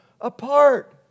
apart